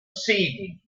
city